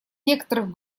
некоторых